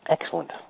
Excellent